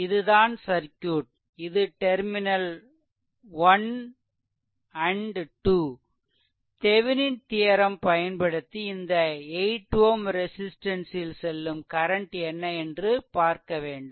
இதுதான் சர்க்யூட் இது terminal 12 Thevenin theorem பயன்படுத்தி இந்த 8 Ω ரெசிஸ்ட்டன்ஸ் ல் செல்லும் கரன்ட் என்ன என்று பார்க்க வேண்டும்